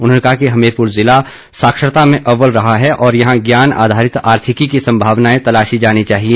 उन्होंने कहा कि हमीरपूर जिला साक्षरता में अव्वल रहा है और यहां ज्ञान आधारित आर्थिकी की संभावनाएं तलाशें